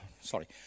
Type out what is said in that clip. sorry